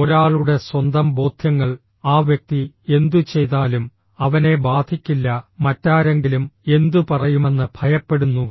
ഒരാളുടെ സ്വന്തം ബോധ്യങ്ങൾ ആ വ്യക്തി എന്തു ചെയ്താലും അവനെ ബാധിക്കില്ല മറ്റാരെങ്കിലും എന്തു പറയുമെന്ന് ഭയപ്പെടുന്നു